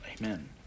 Amen